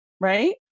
Right